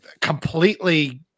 completely